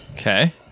Okay